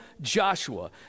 Joshua